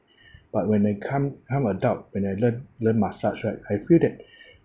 but when they come come adult when I learn learn massage right I feel that